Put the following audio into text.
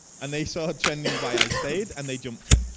and they saw trending why i stayed and they jumped in.